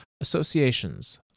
Associations